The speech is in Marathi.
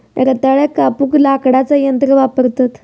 रताळ्याक कापूक लाकडाचा यंत्र वापरतत